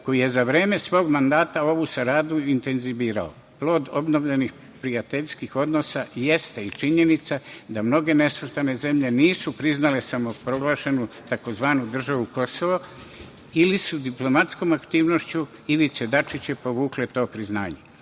koji je za vreme svog mandata ovu saradnju intenzivirao. Plod obnovljenih prijateljskih odnosa jeste i činjenica da mnoge nesvrstane zemlje nisu priznale samo proglašenu tzv. „državu Kosovo“ ili su diplomatskom aktivnošću Ivica Dačić je povukao to priznanje.Među